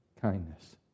kindness